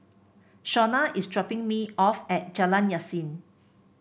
Shonna is dropping me off at Jalan Yasin